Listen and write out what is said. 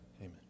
Amen